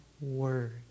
word